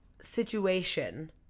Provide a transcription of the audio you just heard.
situation